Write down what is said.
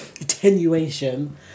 Attenuation